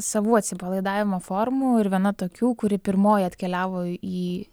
savų atsipalaidavimo formų ir viena tokių kuri pirmoji atkeliavo į